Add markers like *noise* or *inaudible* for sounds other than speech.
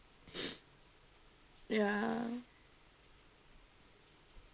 *noise* ya